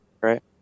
Right